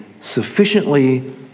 sufficiently